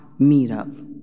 Meetup